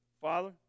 Father